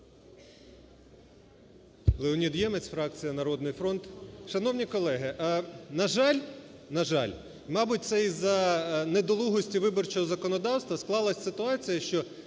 Леонід Ємець, фракція "Народний фронт". Шановні колеги, на жаль… На жаль, мабуть це й за недолугості виборчого законодавства склалась ситуація, що